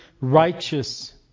righteous